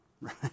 Right